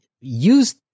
use